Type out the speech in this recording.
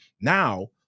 Now